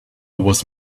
was